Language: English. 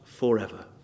forever